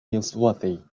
newsworthy